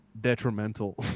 detrimental